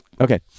Okay